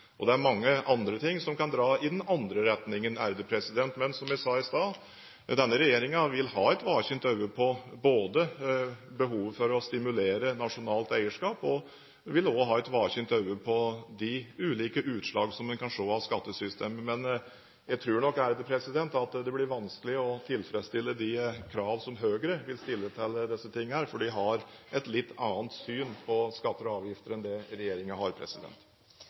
og det er mange andre ting som kan dra i den andre retningen. Som jeg sa i stad: Denne regjeringen vil både ha et våkent øye på behovet for å stimulere nasjonalt eierskap og et våkent øye på de ulike utslag som en kan se av skattesystemet. Men jeg tror nok at det blir vanskelig å tilfredsstille de krav som Høyre vil stille til dette, for de har et litt annet syn på skatter og avgifter enn det regjeringen har.